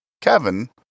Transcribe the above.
Kevin